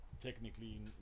technically